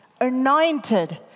anointed